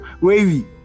Wavy